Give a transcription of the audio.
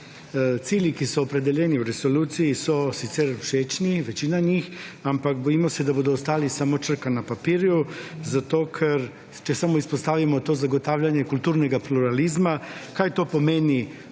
Cilji, ki so opredeljeni v resoluciji so sicer všečni, večina njih, ampak bojimo se, da bodo ostali samo črka na papirju, zato ker če samo izpostavimo to zagotavljanje kulturnega pluralizma, kaj to pomeni,